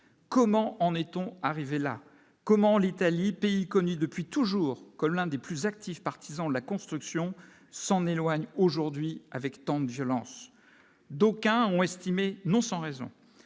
comment en est-on arrivé là, comment l'Italie, pays connu depuis toujours comme l'un des plus actifs partisans la construction s'en éloigne aujourd'hui avec tant de violence, d'aucuns ont estimé, non sans raison